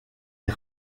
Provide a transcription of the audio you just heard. est